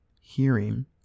hearing